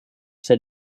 said